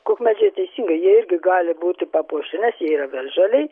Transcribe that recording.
kukmedžiai teisingai jie irgi gali būti papuošti nes jie yra visžaliai